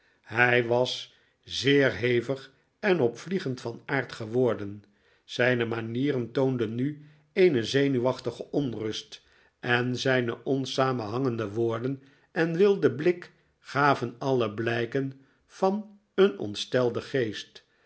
hij was zeer hevig en opvliegend van aard geworden zijne manieren toonden nu eene zenuwachtige onrust en zijne onsamenhangende woorden en wilde blik gaven alle blijken van een onstelden geest